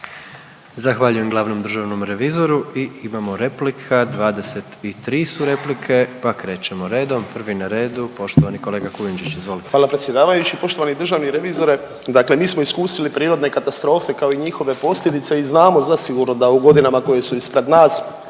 Zahvaljujem glavnom državnom revizoru. I imamo replika, 23 su replike pa krećemo redom. Prvi na redu, poštovani kolega Kujundžić, izvolite. **Kujundžić, Ante (MOST)** Hvala predsjedavajući, poštovani državni revizore. Dakle mi smo iskusili prirodne katastrofe, kao i njihove posljedice i znamo zasigurno da u godinama koje su ispred nas,